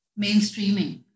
mainstreaming